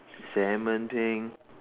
Salmon pink